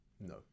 No